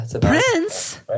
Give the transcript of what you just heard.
Prince